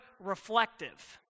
reflective